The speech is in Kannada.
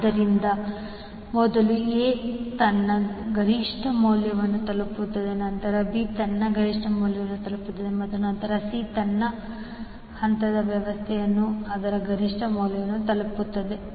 ಆದ್ದರಿಂದ ಮೊದಲು A ತನ್ನ ಗರಿಷ್ಠ ಮೌಲ್ಯವನ್ನು ತಲುಪುತ್ತದೆ ನಂತರ B ತನ್ನ ಗರಿಷ್ಠ ಮೌಲ್ಯವನ್ನು ತಲುಪುತ್ತದೆ ಮತ್ತು ನಂತರ C ಈ ಹಂತದ ವ್ಯವಸ್ಥೆಯಲ್ಲಿ ಅದರ ಗರಿಷ್ಠ ಮೌಲ್ಯವನ್ನು ತಲುಪುತ್ತದೆ